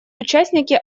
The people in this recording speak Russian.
участники